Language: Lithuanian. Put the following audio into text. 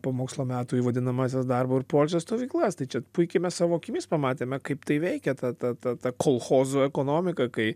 po mokslo metų į vadinamąsias darbo ir poilsio stovyklas tai čia puikiai mes savo akimis pamatėme kaip tai veikia ta ta ta ta kolchozų ekonomika kai